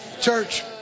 church